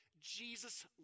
Jesus